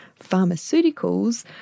pharmaceuticals